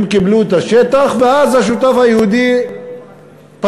הם קיבלו את השטח, ואז השותף היהודי פרש.